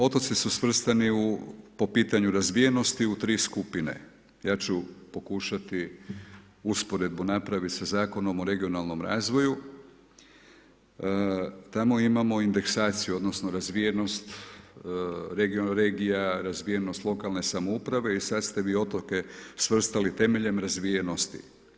Otoci su svrstani po pitanju razvijenosti u 3 skupine, ja ću pokušati usporedbu napraviti sa Zakonom o regionalnom razvoju, tamo imamo indeksaciju, onda, razvijenost regija, razvijenost lokalne samouprave i sada ste vi otoke svrstali temeljem razvijenosti.